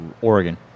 Oregon